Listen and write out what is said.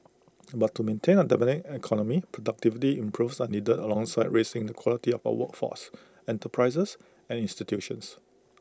but to maintain A dynamic economy productivity improvements are needed alongside raising the quality of the workforce enterprises and institutions